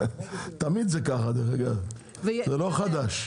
תמיד זה ככה, זה לא חדש.